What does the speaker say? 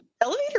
elevator